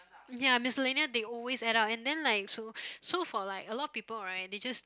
ya miscellaneous they always add up and then like so so for like a lot of people right they just